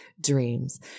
dreams